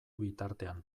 bitartean